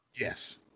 Yes